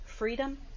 Freedom